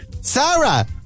Sarah